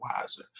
wiser